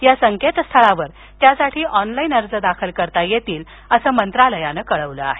या संकेतस्थळावर त्यासाठी ऑनलाईन अर्ज दाखल करता येतील असं मंत्रालयानं कळवलं आहे